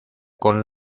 con